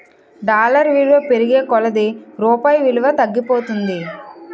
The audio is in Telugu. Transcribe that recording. డాలర్ విలువ పెరిగే కొలది రూపాయి విలువ తగ్గిపోతుంది